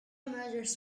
murders